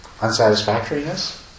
unsatisfactoriness